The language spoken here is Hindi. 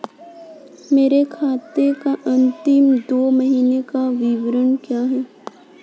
मेरे खाते का अंतिम दो महीने का विवरण क्या है?